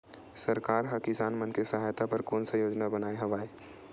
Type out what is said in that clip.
सरकार हा किसान मन के सहायता बर कोन सा योजना बनाए हवाये?